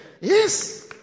yes